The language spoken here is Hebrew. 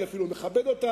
ואני אפילו מכבד אותה,